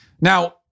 Now